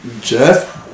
Jeff